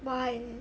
why